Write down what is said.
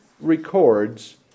records